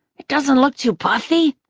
it doesn't look too puffy?